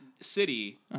city